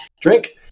drink